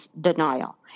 denial